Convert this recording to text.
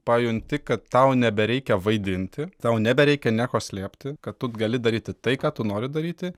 pajunti kad tau nebereikia vaidinti tau nebereikia nieko slėpti kad tu gali daryti tai ką tu nori daryti